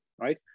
right